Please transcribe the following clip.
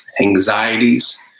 anxieties